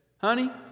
Honey